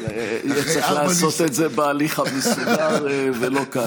אבל יהיה צריך לעשות את זה בהליך המסודר ולא כאן.